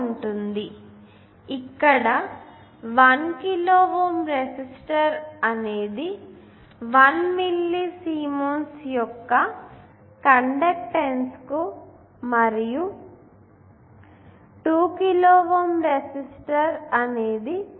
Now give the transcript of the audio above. కాబట్టి ఇక్కడ ఈ 1 కిలో ఓం రెసిస్టర్ అనేది 1 మిల్లీసీమెన్స్ యొక్క కండెక్టన్స్ కు మరియు ఈ 2 కిలో ఓం రెసిస్టర్ అనేది 0